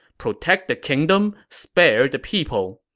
protect the kingdom, spare the people.